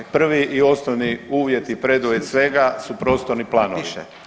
Prvi i osnovni uvjet i preduvjet svega su prostorni planovi.